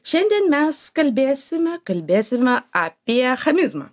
šiandien mes kalbėsime kalbėsime apie chamizmą